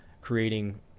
creating